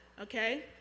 okay